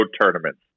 tournaments